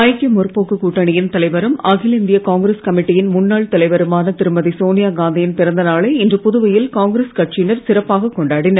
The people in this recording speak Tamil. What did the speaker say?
ஐக்கிய முற்போக்கு கூட்டணியின் தலைவரும் அகில இந்திய காங்கிரஸ் கமிட்டியின் முன்னாள் தலைவருமான திருமதி சோனியாகாந்தியின் பிறந்தநாளை இன்று புதுவையில் காங்கிரஸ் கட்சியினர் சிறப்பாகக் கொண்டாடினர்